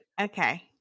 okay